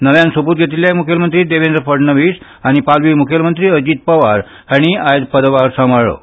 नव्यान सोपूत घेतिऴ्ले मुखेलमंत्री देवेंद्र फडणवीस आनी पालवी मुखेलमंत्री अजीत पवार हांणी आयज पदभार सांबाळ्ळो